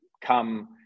come